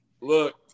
Look